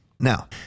Now